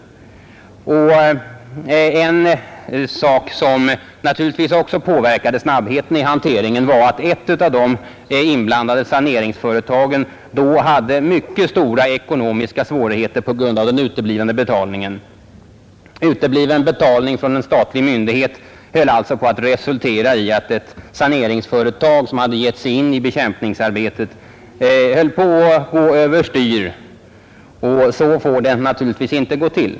En sak som nog också påverkade snabbheten vid hanteringen var att ett av de inblandade saneringsföretagen hade mycket stora ekonomiska svårigheter på grund av den uteblivna betalningen. Utebliven betalning från en statlig myndighet höll alltså på att resultera i att det saneringsföretag som gett sig in i bekämpningsarbetet riskerade att gå över styr. Så får det ju inte vara.